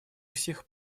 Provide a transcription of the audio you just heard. дискуссиях